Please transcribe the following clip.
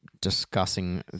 discussing